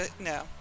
No